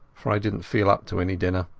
for i didnat feel up to any dinner.